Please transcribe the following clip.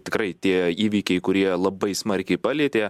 tikrai tie įvykiai kurie labai smarkiai palietė